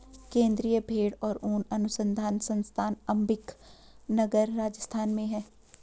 केन्द्रीय भेंड़ और ऊन अनुसंधान संस्थान अम्बिका नगर, राजस्थान में है